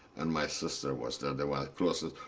and my sister was there. they were the closest.